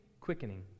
quickening